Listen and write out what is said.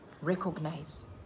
Recognize